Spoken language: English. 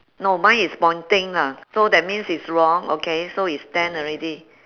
no mine is pointing lah so that means is wrong okay so is ten already